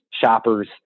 shoppers